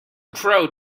crow